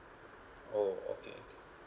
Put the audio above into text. oh okay